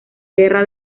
guerra